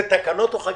זה תקנות או חקיקה?